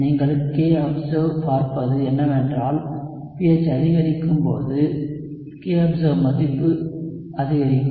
நீங்கள் kobserved பார்ப்பது என்னவென்றால் pH அதிகரிக்கும் போது kobserved மதிப்பு அதிகரிக்கும்